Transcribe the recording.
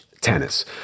tennis